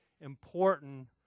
important